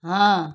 हाँ